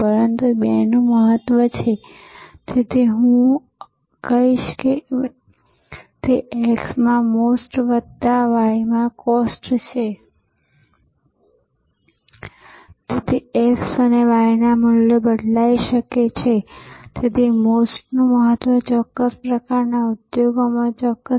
પરંતુ સામાન્ય રીતે ICT મોબાઈલ ફોન ઈન્ટરનેટ કોમ્પ્યુટરનો આપણે જે અર્થ કરીએ છીએ તે આ ઉત્તમ વિશ્વ વિખ્યાત સેવા નેટવર્ક દ્વારા ઉપયોગમાં લેવાતા નથી